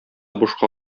бушка